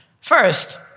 First